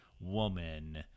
woman